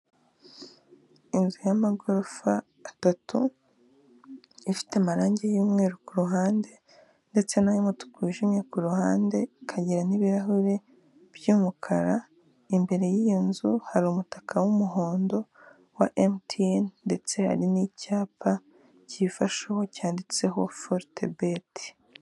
Inzu y'amagorofa atatu ifite amarangi yumweru kuruhande ndetse n'umutuku wijimye kuruhande ikagira n'ibirahuri by'umukara. Imbere y'iyo nzu hari umutaka wumuhondo wa emutiyene ndetse hari n'icyapa cyifasheho cyanditseho forutebeti.